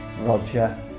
Roger